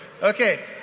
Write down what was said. Okay